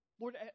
Lord